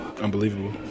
unbelievable